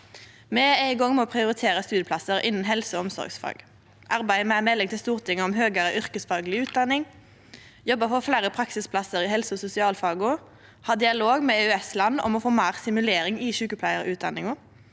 Me er i gang med å prioritere studieplassar innan helse- og omsorgsfag, arbeide med ei melding til Stortinget om høgare yrkesfagleg utdanning, jobbe for fleire praksisplassar i helse- og sosialfaga, ha dialog med EØS-land om å få meir stimulering i sjukepleiarutdanninga,